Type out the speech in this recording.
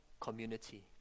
community